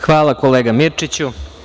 Hvala, kolega Mirčiću.